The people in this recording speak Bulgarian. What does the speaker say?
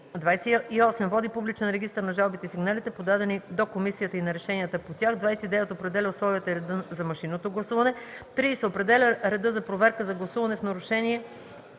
28. води публичен регистър на жалбите и сигналите, подадени до комисията и на решенията по тях; 29. определя условията и реда за машинното гласуване; 30. определя реда за проверка за гласуване в нарушение